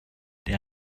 der